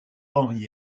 henri